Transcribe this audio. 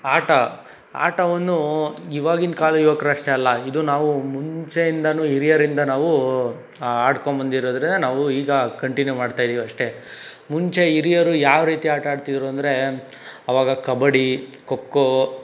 ಆಟ ಆಟವನ್ನು ಇವಾಗಿನ ಕಾಲ ಯುವಕರು ಅಷ್ಟೇ ಅಲ್ಲ ಇದು ನಾವು ಮುಂಚೆಯಿಂದನೂ ಹಿರಿಯರಿಂದ ನಾವು ಆಡ್ಕೋಂಬಂದಿರೋದೇ ನಾವು ಈಗ ಕಂಟಿನ್ಯೂ ಮಾಡ್ತಾ ಇದ್ದೀವಿ ಅಷ್ಟೇ ಮುಂಚೆ ಹಿರಿಯರು ಯಾವ ರೀತಿ ಆಟ ಆಡ್ತಿದ್ರು ಅಂದರೆ ಆವಾಗ ಕಬಡ್ಡಿ ಖೋ ಖೋ